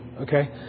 Okay